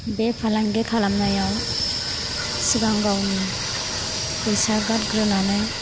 बे फालांगि खालामनायाव सिगां गावनि फैसा गारग्रोनानै